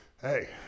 hey